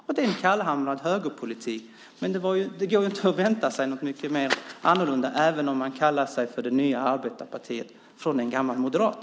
Det är en kallhamrad högerpolitik, men det går inte att vänta sig något annat från en gammal moderat även om man kallar sig det nya arbetarpartiet.